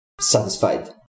satisfied